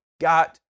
got